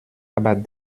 aber